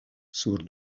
sur